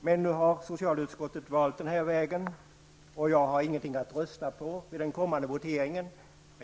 Men nu har socialutskottet valt den här vägen, och jag har ingenting att rösta på vid den kommande voteringen.